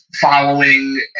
following